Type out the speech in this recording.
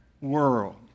world